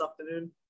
afternoon